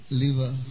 liver